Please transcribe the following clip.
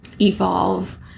evolve